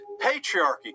patriarchy